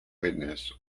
witness